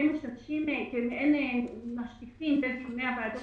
הם משתתפים כמעין משקיפים בדיוני הוועדות